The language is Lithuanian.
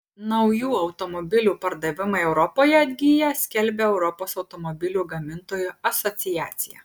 naujų automobilių pardavimai europoje atgyja skelbia europos automobilių gamintojų asociacija